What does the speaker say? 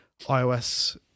iOS